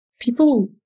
people